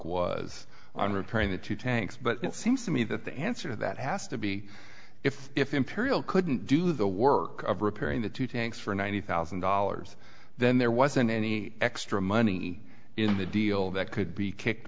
was on repairing the two tanks but it seems to me that the answer to that has to be if if imperial couldn't do the work of repairing the two tanks for ninety thousand dollars then there wasn't any extra money in the deal that could be kicked